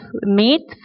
meat